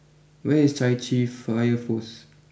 where is Chai Chee fire post